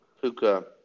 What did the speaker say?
Puka